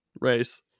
race